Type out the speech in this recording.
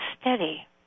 steady